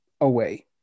away